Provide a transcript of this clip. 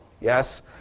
Yes